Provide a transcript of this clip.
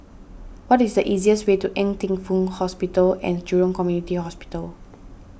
what is the easiest way to Ng Teng Fong Hospital and Jurong Community Hospital